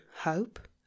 hope